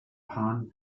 pan